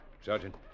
Sergeant